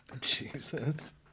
Jesus